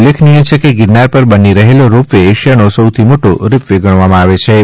ઉલ્ખેનીય છે કે ગિરનાર પર બની રહેલો રોપ વે એશિયાનો સૌથી મોટો રોપ વે ગણવામાં આવેછે